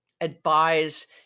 advise